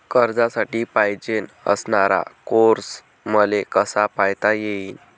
कर्जासाठी पायजेन असणारा स्कोर मले कसा पायता येईन?